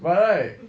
but right